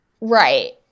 Right